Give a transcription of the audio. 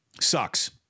Sucks